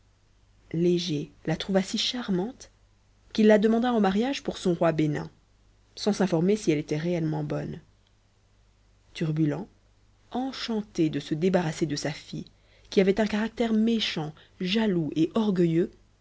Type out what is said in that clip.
léger la trouva si charmante qu'il la demanda en mariage pour son roi bénin sans s'informer si elle était réellement bonne turbulent enchanté de se débarrasser de sa fille qui avait un caractère méchant jaloux et orgueilleux